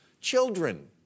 children